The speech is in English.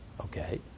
Okay